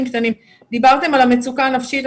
דיברתם על המצוקה הנפשית.